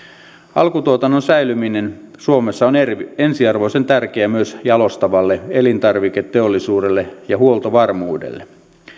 alkutuotannon säilyminen suomessa on ensiarvoisen tärkeää myös jalostavalle elintarviketeollisuudelle ja huoltovarmuudelle